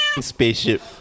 spaceship